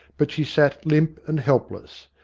but she sat limp and helpless,